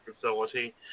facility